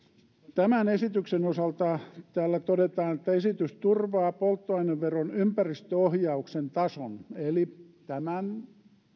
tämän esityksen osalta täällä todetaan että esitys turvaa polttoaineveron ympäristöohjauksen tason eli tämän